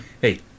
hey